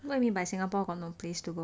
what you mean by singapore got no place to go